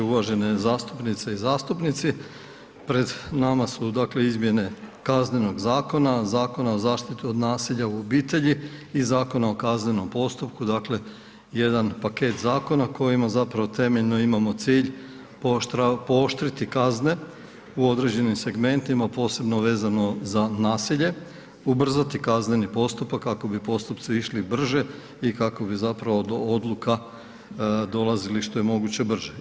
Uvažene zastupnice i zastupnici pred nama su dakle izmjene Kaznenog zakona, Zakona o zaštiti od nasilja u obitelji i Zakona o kaznenom postupku, dakle jedan paket zakona kojima zapravo temeljno imamo cilj pooštriti kazne u određenim segmentima posebno vezano za nasilje, ubrzati kazneni postupak kako bi postupci išli brže i kako bi zapravo do odluka dolazili što je moguće brže.